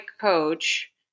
coach